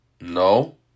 No